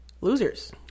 losers